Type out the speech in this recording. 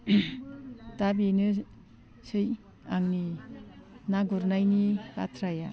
दा बेनोसै आंनि ना गुरनायनि बाथ्राया